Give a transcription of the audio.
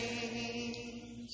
change